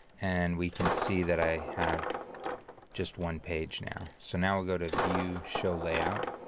and we can see that i have just one page now. so now we'll go to view show layout